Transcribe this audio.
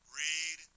read